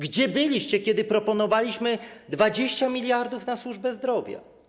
Gdzie byliście, kiedy proponowaliśmy 20 mld na służbę zdrowia?